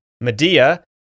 medea